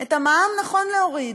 את המע"מ נכון להוריד,